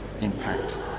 impact